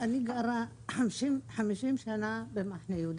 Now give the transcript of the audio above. אני גרה 50 שנה במחנה יהודה,